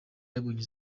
yabonye